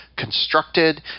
Constructed